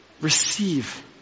receive